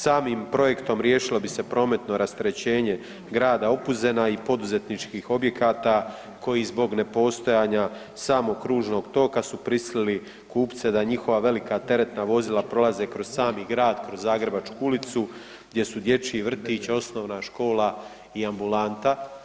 Samim projektom riješilo bi se prometno raterećenje grada Opuzena i poduzetničkih objekata koji zbog nepostojanja samog kružnog toka su prisilili kupce da njihova velika teretna vozila prolaze kroz sami grad, kroz Zagrebačku ulicu gdje su dječji vrtići, osnovna škola i ambulanta.